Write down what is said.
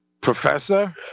Professor